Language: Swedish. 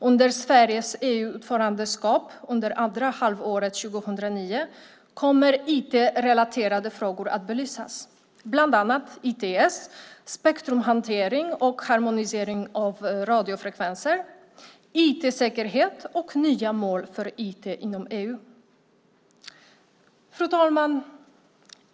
Under Sveriges EU-ordförandeskap under andra halvåret 2009 kommer IT-relaterade frågor att belysas, bland annat ITS, spektrumhantering och harmonisering av radiofrekvenser, IT-säkerhet och nya mål för IT inom EU.